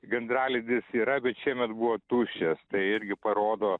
gandralizdis yra bet šiemet buvo tuščias tai irgi parodo